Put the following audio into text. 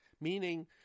meaning